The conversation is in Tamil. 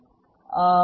R D